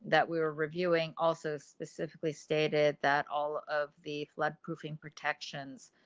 that we were reviewing. also specifically stated that all of the flood proofing protections.